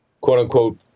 quote-unquote